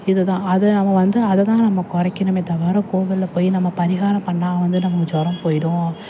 இது தான் அது நம்ம வந்து அதை தான் நம்ம குறைக்கணுமே தவிர கோவிலில் போய் நம்ம பரிகாரம் பண்ணால் வந்து நமக்கு ஜுரம் போய்டும்